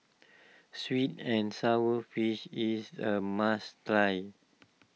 Sweet and Sour Fish is a must try